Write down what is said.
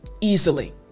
easily